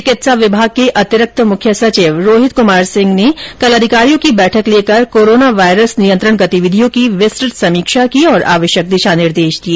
चिकित्सा विभाग के अतिरिक्त मुख्य सचिव रोहित कुमार सिंह ने कल अधिकारियों की बैठक लेकर कोरोना वायरस नियंत्रण गतिविधियों की विस्तृत समीक्षा की और आवश्यक दिशा निर्देश दिए